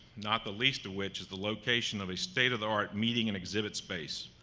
not the least of which is the location of a state of the art meeting and exhibit space.